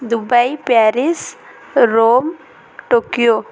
Dubai Paris Rome Tokyo